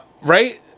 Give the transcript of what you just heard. Right